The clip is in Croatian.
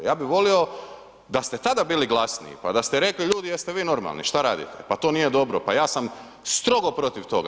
Ja bih volio da ste tada bili glasniji pa da ste rekli, ljudi jeste vi normalni, šta radite, pa to nije dobro, pa ja sam strogo protiv toga.